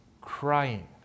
crying